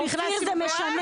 ונציגיו של בן גביר,